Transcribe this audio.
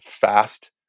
fast